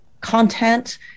content